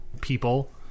people